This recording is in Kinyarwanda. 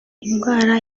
indwara